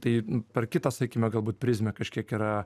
tai per kitą sakykime galbūt prizmę kažkiek yra